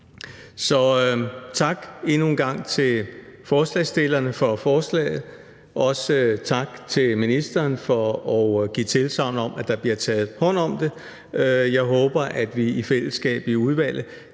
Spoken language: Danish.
Så tak endnu en gang til forslagsstillerne for forslaget, og også tak til ministeren for at give tilsagn om, at der bliver taget hånd om det. Jeg håber, at vi i fællesskab i udvalget